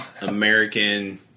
American